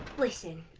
listen,